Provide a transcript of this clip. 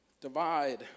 divide